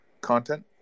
content